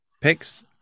picks